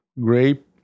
grape